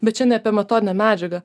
bet čia ne apie metodinę medžiagą